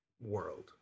world